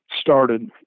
started